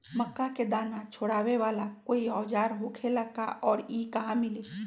मक्का के दाना छोराबेला कोई औजार होखेला का और इ कहा मिली?